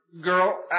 Girl